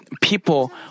people